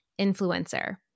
influencer